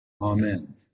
amen